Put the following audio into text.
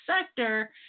sector